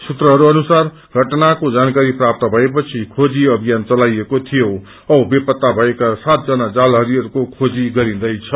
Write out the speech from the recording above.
सूत्रहरू अनुसार घटनाको जानकारी प्राप्त भएपछि खेजी अभियन चलाइएको थियो औ बेपत्त भएका सातजना जालहारीहरूको खोजी गरिन्दैछ